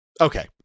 okay